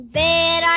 bed